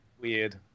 weird